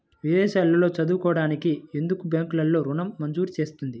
విదేశాల్లో చదువుకోవడానికి ఎందుకు బ్యాంక్లలో ఋణం మంజూరు చేస్తుంది?